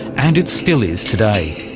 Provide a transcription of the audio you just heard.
and it still is today.